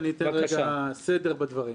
אני אתן סדר בדברים.